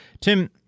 Tim